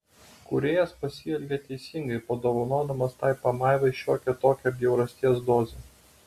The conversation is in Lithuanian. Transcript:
kūrėjas pasielgė teisingai padovanodamas tai pamaivai šiokią tokią bjaurasties dozę